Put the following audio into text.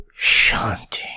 Shanti